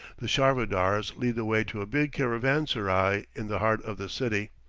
the charvadars lead the way to a big caravanserai in the heart of the city.